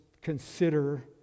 consider